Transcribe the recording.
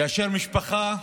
כאשר משפחה,